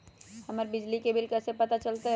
हमर बिजली के बिल कैसे पता चलतै?